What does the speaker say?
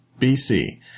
BC